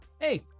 Hey